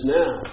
now